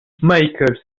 michael